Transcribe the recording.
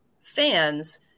fans